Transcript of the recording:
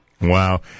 Wow